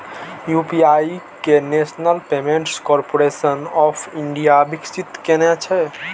UPI कें National Payments Corporation of India विकसित केने छै